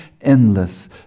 endless